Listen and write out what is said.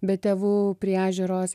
be tėvų priežiūros